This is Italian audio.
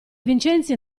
vincenzi